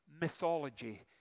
mythology